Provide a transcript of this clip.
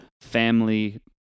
family